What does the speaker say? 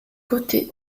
côtés